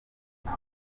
cumi